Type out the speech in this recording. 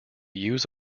use